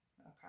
Okay